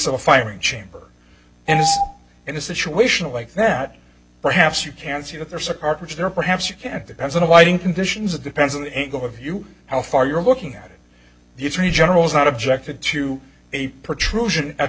a firing chamber and in a situation like that perhaps you can see that there's a cartridge there perhaps you can depend on lighting conditions it depends on the angle of view how far you're looking at the attorney general's not objected to a